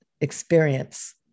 experience